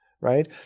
right